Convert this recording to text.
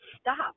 stop